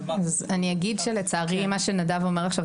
אני אגיד שלצערי מה שנדב אמר עכשיו,